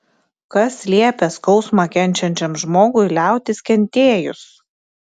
kas liepia skausmą kenčiančiam žmogui liautis kentėjus